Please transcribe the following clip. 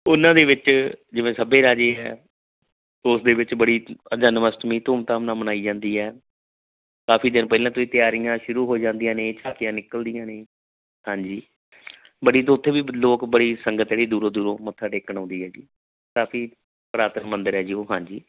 ਉਹਨਾਂ ਦੇ ਵਿੱਚ ਜਿਵੇਂ ਸੱਭੇ ਰਾਜ਼ੀ ਹੈ ਉਸ ਦੇ ਵਿੱਚ ਬੜੀ ਜਨਮ ਅਸ਼ਟਮੀ ਧੂਮ ਧਾਮ ਨਾਲ ਮਨਾਈ ਜਾਂਦੀ ਹੈ ਕਾਫੀ ਦਿਨ ਪਹਿਲਾਂ ਤੁਸੀਂ ਤਿਆਰੀਆਂ ਸ਼ੁਰੂ ਹੋ ਜਾਂਦੀਆਂ ਨੇ ਝਾਕੀਆਂ ਨਿਕਲਦੀਆਂ ਨੇ ਹਾਂਜੀ ਬੜੀ ਤੋਂ ਉੱਥੇ ਵੀ ਲੋਕ ਬੜੀ ਸੰਗਤ ਜਿਹੜੀ ਦੂਰੋਂ ਦੂਰੋਂ ਮੱਥਾ ਟੇਕਣ ਆਉਂਦੀ ਹੈਗੀ ਕਾਫੀ ਪੁਰਾਤਨ ਮੰਦਰ ਆ ਜੀ ਉਹ ਹਾਂਜੀ